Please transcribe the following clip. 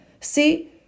See